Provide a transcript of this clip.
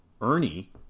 Ernie